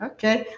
Okay